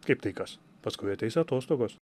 kaip tai kas paskui ateis atostogos